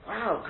Wow